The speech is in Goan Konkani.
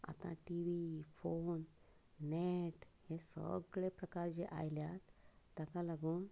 आतां टीवी फोन नॅट हे सगळे प्रकार जे आयल्यात ताका लागून